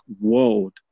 world